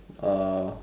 uh